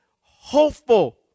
hopeful